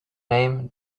name